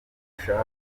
ushaka